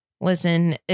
Listen